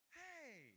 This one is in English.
hey